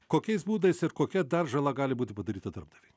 kokiais būdais ir kokia dar žala gali būti padaryta darbdaviui